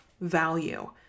value